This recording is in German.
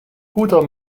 guter